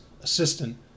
assistant